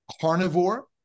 carnivore